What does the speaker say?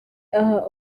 aha